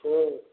हूँ